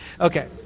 okay